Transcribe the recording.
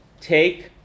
take